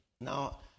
Now